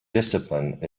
discipline